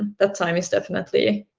that time is definitely